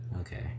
Okay